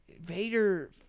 Vader